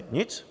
Nic.